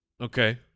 okay